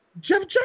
Jeff